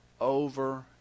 over